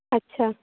ᱟᱪᱪᱷᱟ